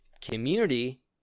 community